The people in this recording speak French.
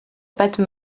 pâte